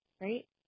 right